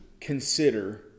consider